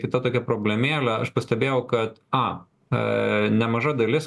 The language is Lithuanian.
kita tokia problemėlė aš pastebėjau kad a nemaža dalis